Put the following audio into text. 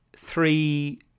three